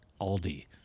Aldi